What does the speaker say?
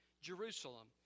Jerusalem